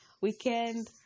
weekend